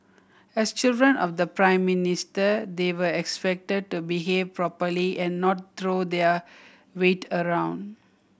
as children of the Prime Minister they were expected to behave properly and not throw their weight around